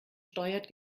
steuert